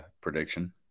prediction